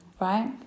right